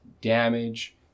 damage